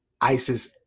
ISIS